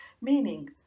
meaning